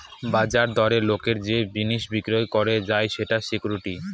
বাজার দরে লোকের যে জিনিস বিক্রি করা যায় সেটা সিকুইরিটি